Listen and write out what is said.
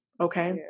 Okay